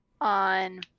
on